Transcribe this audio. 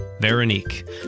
Veronique